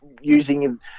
using